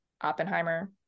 Oppenheimer